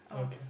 okay